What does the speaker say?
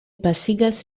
pasigas